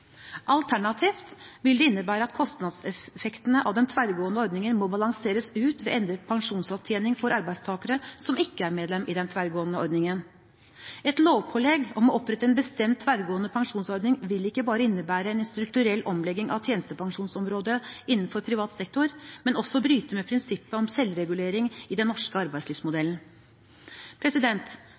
Alternativt vil det innebære at kostnadseffektene av den tverrgående ordningen må balanseres ut ved endret pensjonsopptjening for arbeidstakere som ikke er medlem i den tverrgående ordningen. Et lovpålegg om å opprette en bestemt tverrgående pensjonsordning vil ikke bare innebære en strukturell omlegging av tjenestepensjonsområdet innenfor privat sektor, men også bryte med prinsippet om selvregulering i den norske arbeidslivsmodellen.